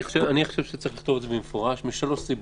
אני חושב שצריך לכתוב את זה במפורש משלוש סיבות: